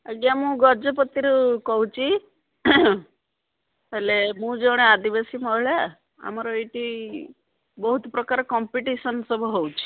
ଆଜ୍ଞା ମୁଁ ଗଜପତିରୁ କହୁଛି ହେଲେ ମୁଁ ଜଣେ ଆଦିବାସୀ ମହିଳା ଆମର ଏଇଠି ବହୁତ ପ୍ରକାର କମ୍ପିଟିସନ ସବୁ ହେଉଛିି